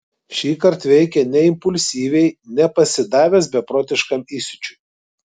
šįkart veikė ne impulsyviai ne pasidavęs beprotiškam įsiūčiui